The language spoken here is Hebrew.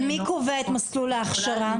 אבל מי קובע את מסלול הכשרה?